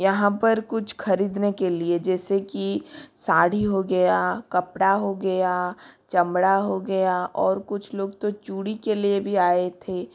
यहाँ पर कुछ ख़रीदने के लिए जेसे कि साड़ी हो गई कपड़ा हो गया चमड़ा हो गया और कुछ लोग तो चूड़ी के लिए भी आए थे